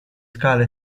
scale